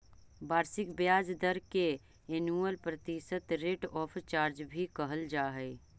वार्षिक ब्याज दर के एनुअल प्रतिशत रेट ऑफ चार्ज भी कहल जा हई